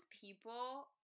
people